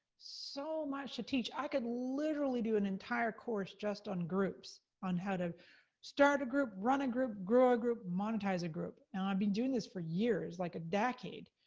so much to teach. i could literally do an entire course just on groups. on how to start a group, run a group, grow a group, monetize a group, and i've been doing this for years. like a decade,